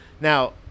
now